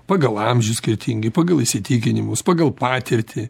pagal amžių skirtingi pagal įsitikinimus pagal patirtį